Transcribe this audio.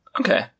Okay